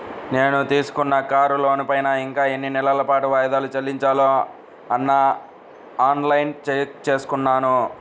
నేను తీసుకున్న కారు లోనుపైన ఇంకా ఎన్ని నెలల పాటు వాయిదాలు చెల్లించాలో నిన్నఆన్ లైన్లో చెక్ చేసుకున్నాను